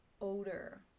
odor